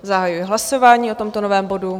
Zahajuji hlasování o tomto novém bodu.